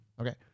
Okay